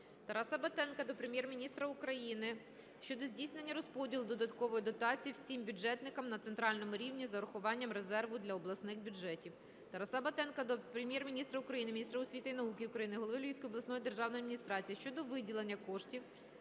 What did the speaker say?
Тараса Батенка до Прем'єр-міністра України щодо здійснення розподілу додаткової дотації всім бюджетам на центральному рівні з урахуванням резерву для обласних бюджетів. Тараса Батенка до Прем'єр-міністра України, міністра освіти і науки України, голови Львівської обласної державної адміністрації щодо виділення коштів